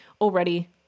already